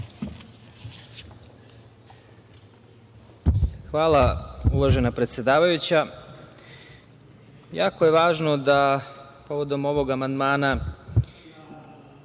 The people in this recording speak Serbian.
Hvala, uvažena predsedavajuća. Jako je važno da povodom ovog amandmana